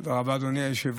תודה רבה, אדוני היושב-ראש.